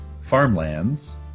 farmlands